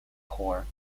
core